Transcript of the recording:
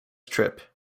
trip